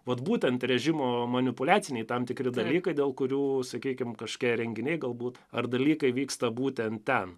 vat būtent režimo manipuliaciniai tam tikri dalykai dėl kurių sakykim kažkokie renginiai galbūt ar dalykai vyksta būtent ten